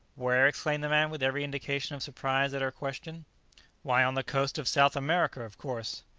where? exclaimed the man, with every indication of surprise at her question why, on the coast of south america, of course!